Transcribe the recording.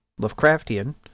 Lovecraftian